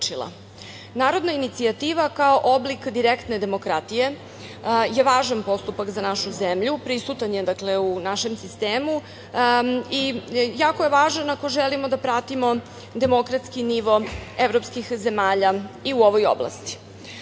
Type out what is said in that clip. inicijativa kao oblik direktne demokratije je važan postupak za našu zemlju. Prisutan je dakle u našem sistemu i jako je važan ako želimo da pratimo demokratski nivo evropskih zemalja i u ovoj oblasti. Ono